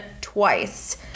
twice